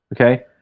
okay